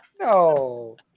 No